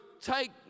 take